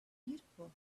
beautiful